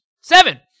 Seven